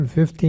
15